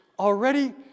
Already